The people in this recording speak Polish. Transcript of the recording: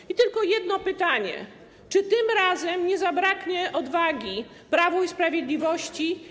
I tylko takie pytanie: Czy tym razem nie zabraknie odwagi Prawu i Sprawiedliwości?